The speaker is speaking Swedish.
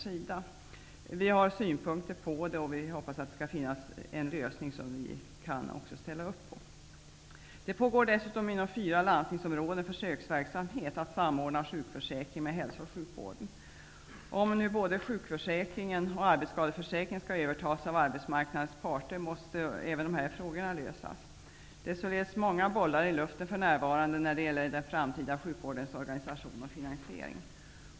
Vi har emellertid synpunkter, och vi hoppas på en lösning som också vi kan ställa upp på. Inom fyra landstingsområden pågår dessutom en försöksverksamhet att samordna sjukförsäkring med hälso och sjukvården. Om nu både sjukförsäkringen och arbetsskadeförsäkringen skall övertas av arbetsmarknadens parter måste även dessa frågor lösas. Det är således många bollar i luften för närvarande när det gäller den framtida sjuvårdens organisation och finansiering.